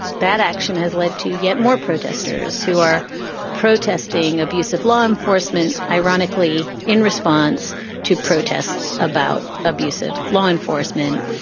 that action has led to yet more protesters who are protesting abusive law enforcement. ironically, in response to protests about abusive law enforcement,